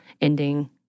ending